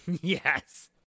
Yes